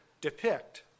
depict